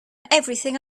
everything